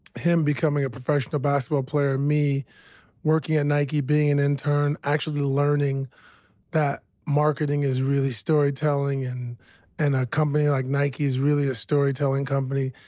him becoming a professional basketball player and me working at nike, being an intern, actually learning that marketing is really storytelling and and a company like nike is really a storytelling company.